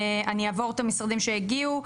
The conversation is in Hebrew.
אני אעבור את המשרדים שהגיעו.